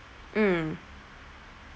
mm